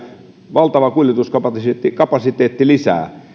valtava kuljetuskapasiteetti lisää